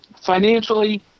financially